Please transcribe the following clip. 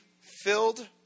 filled